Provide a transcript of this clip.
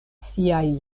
siaj